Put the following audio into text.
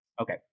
Okay